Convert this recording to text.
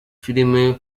filime